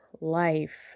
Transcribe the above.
life